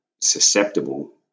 susceptible